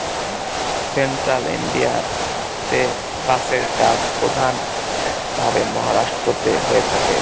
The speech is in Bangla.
সেন্ট্রাল ইন্ডিয়াতে বাঁশের চাষ প্রধান ভাবে মহারাষ্ট্রেতে হয়ে থাকে